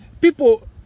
People